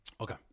Okay